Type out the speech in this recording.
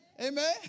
Amen